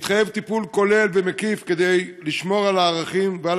מתחייב טיפול כולל ומקיף כדי לשמור על הערכים ועל